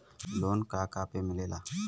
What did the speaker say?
Loan का का पे मिलेला?